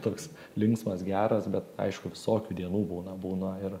toks linksmas geras bet aišku visokių dienų būna būna ir